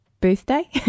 birthday